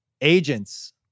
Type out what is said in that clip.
agents